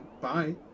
Bye